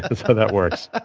and so that works. ah